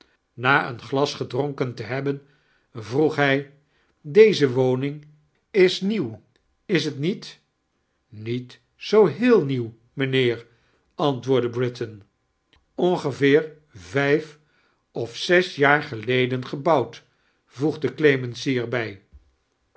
na een glas ged'ronkem te hebben vroeg hij dezie woming is nieiuw is t niet niet zoo heel nieuw mijnheiar antwoordde britain ongevee r vijf of zes jaar geileden gebonwd voegde clemency